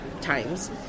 times